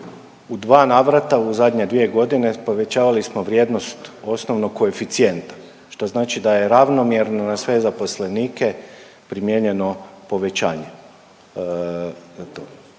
u dva navrata u zadnje dvije godine povećavali smo vrijednost osnovnog koeficijenta što znači da je ravnomjerno na sve zaposlenike primijenjeno povećanje.